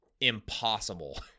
impossible